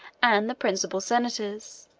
and the principal senators